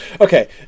Okay